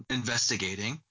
investigating